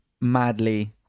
madly